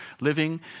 living